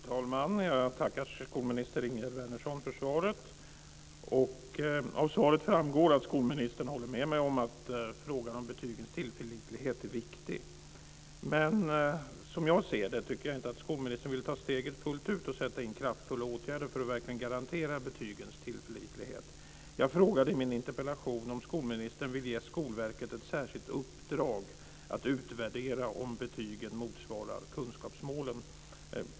Fru talman! Jag tackar skolminister Ingegerd Wärnersson för svaret. Av svaret framgår att skolministern håller med mig om att frågan om betygens tillförlitlighet är viktig. Men som jag ser det tycker jag inte att skolministern vill ta steget fullt ut och sätta in kraftfulla åtgärder för att verkligen garantera betygens tillförlitlighet. Jag frågade i min interpellation om skolministern vill ge Skolverket ett särskilt uppdrag att utvärdera om betygen motsvarar kunskapsmålen.